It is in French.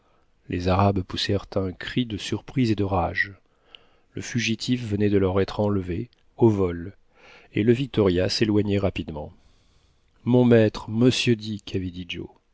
les arabes poussèrent un cri de surprise et de rage le fugitif venait de leur être enlevé au vol et le victoria s'éloignait rapidement mon maître monsieur